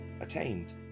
attained